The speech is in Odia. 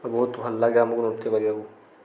ଆଉ ବହୁତ ଭଲ ଲାଗେ ଆମକୁ ନୃତ୍ୟ କରିବାକୁ